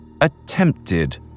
attempted